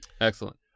Excellent